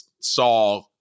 saw